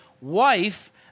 wife